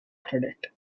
credit